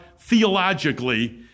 theologically